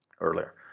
earlier